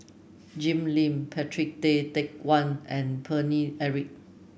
Jim Lim Patrick Tay Teck Guan and Paine Eric